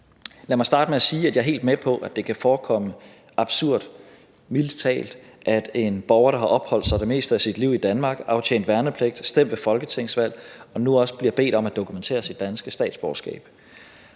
Lad mig starte med at sige, at jeg er helt med på, at det kan forekomme absurd, mildest talt, at en borger, der har opholdt sig det meste af sit liv i Danmark, aftjent værnepligt, stemt ved folketingsvalg, nu også bliver bedt om at dokumentere sit danske statsborgerskab.